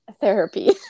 therapy